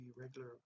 regular